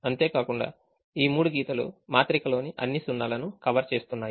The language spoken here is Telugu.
అంతే కాకుండా ఈ మూడు గీతలుమాత్రిక లోని అన్ని సున్నాలును కవర్ చేస్తున్నాయి